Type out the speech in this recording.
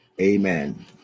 amen